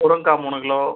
முருங்கக்காய் மூணு கிலோ